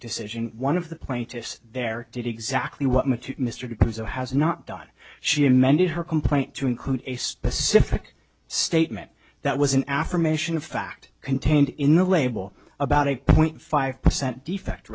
decision one of the plaintiffs there did exactly what mattoo to mr de has not done she amended her complaint to include a specific statement that was an affirmation of fact contained in the label about eight point five percent defect